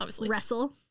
wrestle